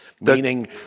meaning